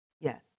yes